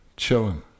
Chilling